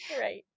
Right